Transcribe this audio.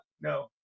No